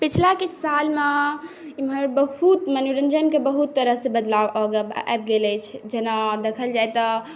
पिछला किछु सालमे एमहर बहुत मनोरञ्जनके बहुत तरहसँ बदलाव आबि गेल अछि जेना देखल जाइ तऽ